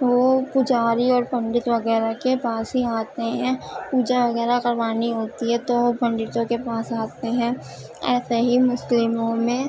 وہ پجاری اور پنڈت وغیرہ کے پاس ہی آتے ہیں پوجا وغیرہ کروانی ہوتی ہے تو وہ پنڈتوں کے پاس آتے ہیں ایسے ہی مسلموں میں